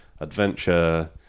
adventure